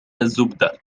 الزبدة